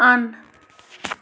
اَن